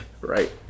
Right